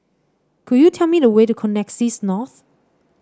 could you tell me the way to Connexis North